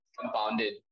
compounded